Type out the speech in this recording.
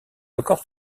encore